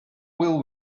will